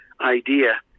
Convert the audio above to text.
idea